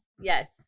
yes